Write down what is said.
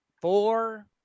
four